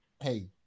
Hey